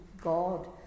god